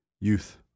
youth